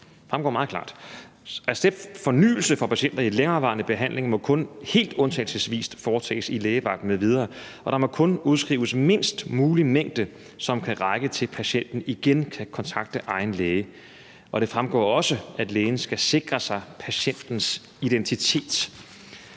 Det fremgår meget klart. Receptfornyelse for patienter i længerevarende behandling må kun helt undtagelsesvis foretages af lægevagten m.v., og der må kun udskrives mindst mulig mængde, som kan række, til patienten igen kan kontakte egen læge. Det fremgår også, at lægen skal sikre sig patientens identitet.